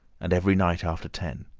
and every night after ten,